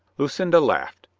lucinda laughed.